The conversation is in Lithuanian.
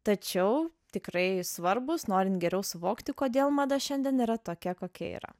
tačiau tikrai svarbūs norint geriau suvokti kodėl mada šiandien yra tokia kokia yra